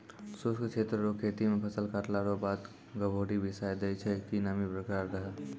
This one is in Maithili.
शुष्क क्षेत्र रो खेती मे फसल काटला रो बाद गभोरी बिसाय दैय छै कि नमी बरकरार रहै